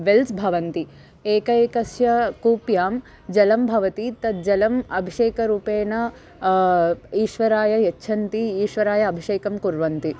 wells भवन्ति एका एकस्य कूप्यां जलं भवति तद् जलम् अभिषेकरूपेण ईश्वराय यच्छन्ति ईश्वराय अभिषेकं कुर्वन्ति